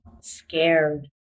scared